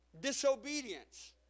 disobedience